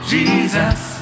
Jesus